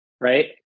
Right